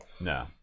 No